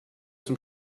zum